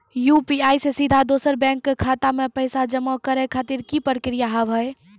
UPI से सीधा दोसर के बैंक खाता मे पैसा जमा करे खातिर की प्रक्रिया हाव हाय?